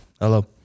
Hello